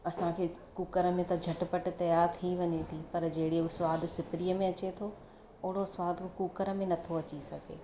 असांखे कुकर में त झट पट तयारु थी वञे थी पर जहिड़ीअ जो सवादु सिपरीअ में अचे थो ओहिड़ो सवादु कुकर में नथो अची सघे